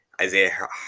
Isaiah